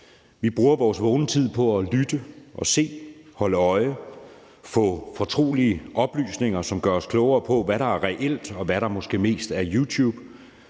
Vi bruger vores vågne tid på at lytte og se og holde øje, og vi får fortrolige oplysninger, der gør os klogere på, hvad der er reelt, og hvad der måske mest er YouTube.